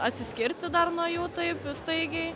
atsiskirti dar nuo jų taip staigiai